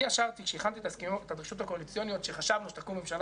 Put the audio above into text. כשהכנתי את הדרישות הקואליציוניות כשחשבנו שתקום ממשלה